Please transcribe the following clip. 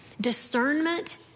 Discernment